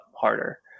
harder